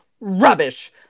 Rubbish